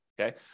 okay